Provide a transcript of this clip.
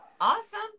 awesome